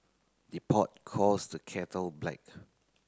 the pot calls the kettle black